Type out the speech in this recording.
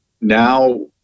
now